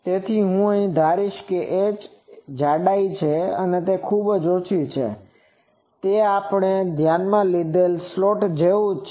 તેથી હવે હું ધારીશ કે આ h એ જાડાઈ છે અને જે ખૂબ જ ઓછી છે તે આપણે ધ્યાનમાં લીધેલ સ્લોટ જેવું જ છે